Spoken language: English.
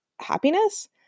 happiness